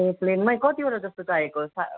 ए प्लेनमै कतिवटा जस्तो चाहिएको